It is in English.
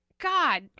God